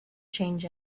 change